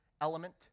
element